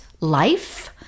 life